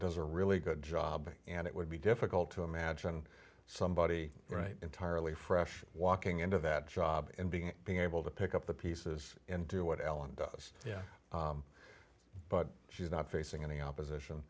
a really good job and it would be difficult to imagine somebody right entirely fresh walking into that job and being being able to pick up the pieces and do what ellen does yeah but she's not facing any opposition